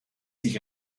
sich